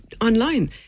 online